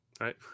Right